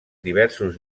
diversos